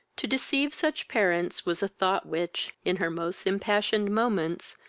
to deceive such parents was a thought which, in her most impassioned moments,